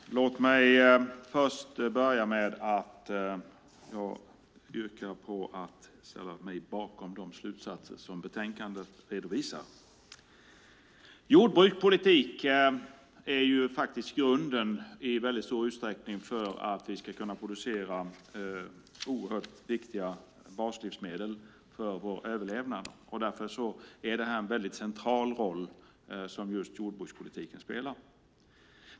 Herr talman! Låt mig börja med att ställa mig bakom de slutsatser som redovisas i betänkandet och därmed yrka bifall till utskottets förslag. Jordbrukspolitik är i väldigt stor utsträckning grunden för att vi ska kunna producera oerhört viktiga baslivsmedel för vår överlevnad. Därför är det en väldigt central roll just jordbrukspolitiken spelar.